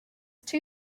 two